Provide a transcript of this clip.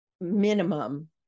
minimum